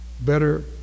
better